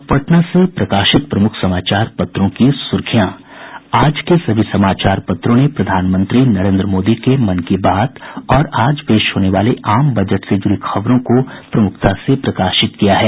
अब पटना से प्रकाशित प्रमुख समाचार पत्रों की सुर्खियां आज के सभी समाचार पत्रों ने प्रधानमंत्री नरेन्द्र मोदी के मन की बात और आज पेश होने वाले आम बजट से जुड़ी खबरों को प्रमुखता से प्रकाशित किया है